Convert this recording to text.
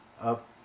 up